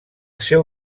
seu